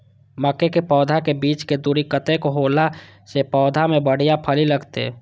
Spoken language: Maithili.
मके के पौधा के बीच के दूरी कतेक होला से पौधा में बढ़िया फली लगते?